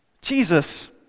Jesus